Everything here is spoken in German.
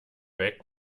weg